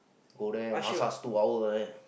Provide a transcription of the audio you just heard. go there massage two hour right